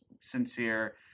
sincere